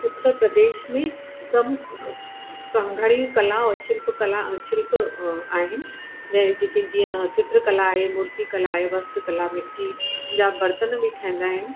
उत्तर प्रदेश में प्रमुख घणी कला ऐं शिल्प कला शिल्प आहिनि जंहिं जंहिं खे जीअं चित्रकला आहे मूर्ति कला आहे वस्त्र कला मिट्टी जा बर्तन बि ठाहींदा आहिनि